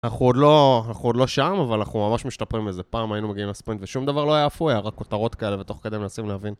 אנחנו עוד לא, אנחנו עוד לא שם, אבל אנחנו ממש משתפרים. איזה פעם היינו מגיעים לספרינט ושום דבר לא היה אפוי, היה רק כותרות כאלה, ותוך כדי הם מנסים להבין.